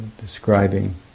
describing